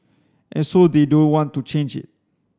and so they don't want to change it